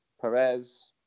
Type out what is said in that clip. Perez